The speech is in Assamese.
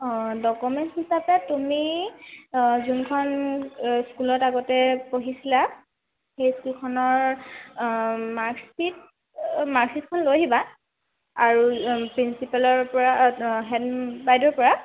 অঁ ডকুমেণ্টছ হিচাপে তুমি যোনখন স্কুলত আগতে পঢ়িছিলা সেই স্কুলখনৰ মাৰ্কশ্বিট মাৰ্কশ্বিটখন লৈ আহিবা আৰু প্ৰিন্সিপালৰ পৰা হেড বাইদেউৰ পৰা